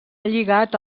lligat